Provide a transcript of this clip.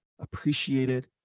appreciated